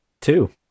Two